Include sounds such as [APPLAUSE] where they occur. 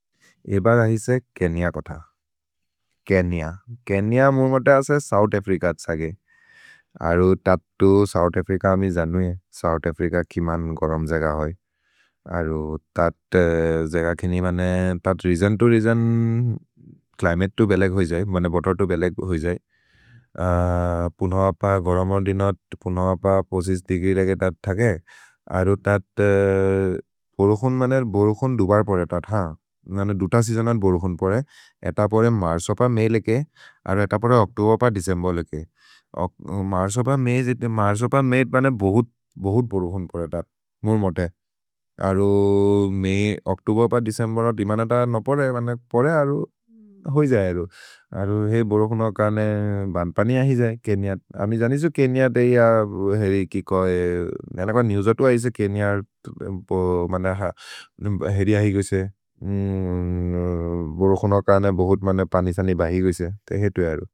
एबर् ऐसे केन्य कोथ, केन्य, केन्य मुर्म ते असे सोउथ् अफ्रिच त्सगे, अरु तत् तु सोउथ् अफ्रिच अमि जनुये। सोउथ् अफ्रिच कि मन् गरम् जेग होइ, अरु तत् जेग खिनि मने, तत् रेगिओन् तो रेगिओन् च्लिमते तु बेलेग् होइ जये। भने वतेर् तु बेलेग् होइ जये, पुन्हो अप गरम दिनत्, पुन्हो अप पछ्हिस् देग्री लेगे तत् थगे। अरु तत् बोरोखोन् मने बोरोखोन् दुबर् परे तत् थ, ननु दुत सेअसोनन् बोरोखोन् परे, एत परे मर्स् अप मेय् लेके। अरु एत परे ओच्तोबेर् अप देचेम्बेर् लेके, मर्स् अप मेय् जित्ने, मर्स् अप मेय् बने बहुत्, बहुत् बोरोखोन् परे तत्। मुर्म ते, अरु मेय् ओच्तोबेर् अप देचेम्बेर् अ दिमन त न परे, बने परे अरु होइ जये अरु, अरु हे बोरोखोन् अकने बन् पनि अहि जये। केन्य, अमि जनिसु केन्य देय हेरि कि कोहे, जनक् पर् नेव्सतु अहि जये, केन्य [HESITATION] हेरि अहि गोसे, [HESITATION] बोरोखोन् अकने बहुत् पनि सने बहि गोसे, ते हेतु अरु।